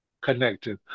connected